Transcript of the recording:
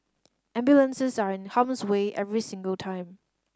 ambulances are in harm's way every single time